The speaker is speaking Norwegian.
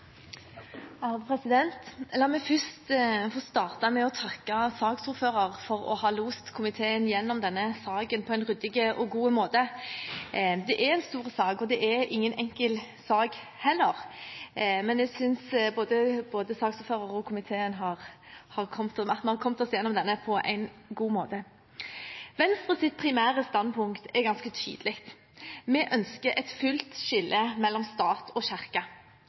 La meg få starte med å takke saksordføreren for å ha lost komiteen gjennom denne saken på en ryddig og god måte. Det er en stor sak, og det er ingen enkel sak heller, men jeg synes vi, både saksordføreren og komiteen, har kommet oss gjennom den på en god måte. Venstres primære standpunkt er ganske tydelig. Vi ønsker et fullt skille mellom stat og